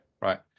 right